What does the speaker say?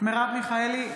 מרב מיכאלי,